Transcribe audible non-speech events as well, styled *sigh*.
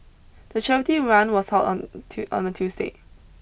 the charity run was held on *hesitation* on a Tuesday